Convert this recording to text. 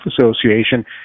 Association